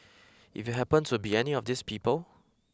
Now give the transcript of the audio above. if you happened to be any of these people